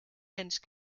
dance